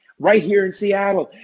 right here in seattle.